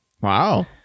Wow